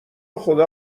خدا